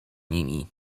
nimi